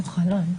דווקא חלון,